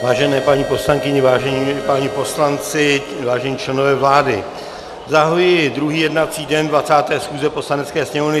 Vážené paní poslankyně, vážení páni poslanci, vážení členové vlády, zahajuji druhý jednací den 20. schůze Poslanecké sněmovny.